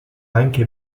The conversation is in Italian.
anche